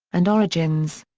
and origins.